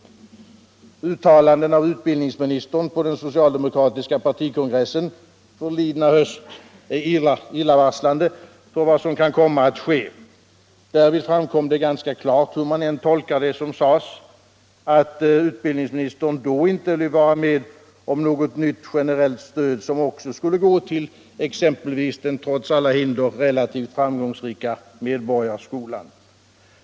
Uttalanden av utbildningsministern på den socialdemokratiska partikongressen förlidna höst är illavarslande för vad som kan komma att ske. Därvid framkom det ganska klart, hur man än tolkar det som sades, att utbildningsministern då inte ville vara med om något nytt generellt stöd som också skulle gå t.ex. till den — trots alla hinder — relativt framgångsrika Medborgarskolan.